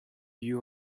you